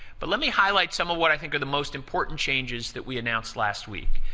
but let me highlight some of what i think are the most important changes that we announced last week,